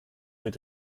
mit